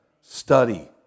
study